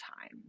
time